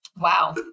Wow